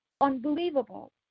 unbelievable